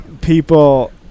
people